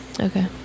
Okay